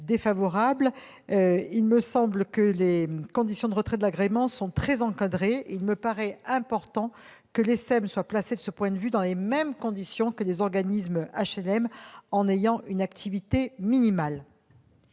Il me semble que les conditions de retrait de l'agrément sont très encadrées. Il me paraît important que les sociétés d'économie mixte soient placées, de ce point de vue, dans les mêmes conditions que les organismes d'HLM, en ayant une activité minimale.